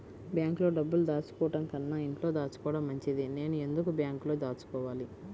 బ్యాంక్లో డబ్బులు దాచుకోవటంకన్నా ఇంట్లో దాచుకోవటం మంచిది నేను ఎందుకు బ్యాంక్లో దాచుకోవాలి?